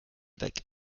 weg